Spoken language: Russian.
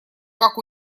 как